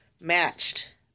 matched